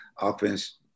offense